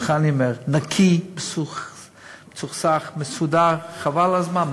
לך אני אומר: נקי, מצוחצח, מסודר, חבל על הזמן.